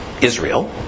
Israel